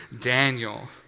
Daniel